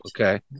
Okay